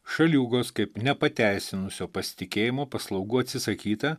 šaliūgos kaip nepateisinusio pasitikėjimo paslaugų atsisakyta